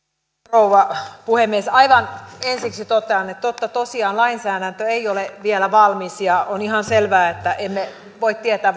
rouva puhemies aivan ensiksi totean että totta tosiaan lainsäädäntö ei ole vielä valmis ja on ihan selvää että emme voi tietää